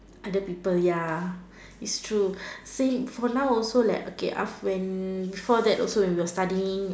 other people ya it's true same for now also leh okay after when before that when we were studying